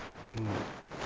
mm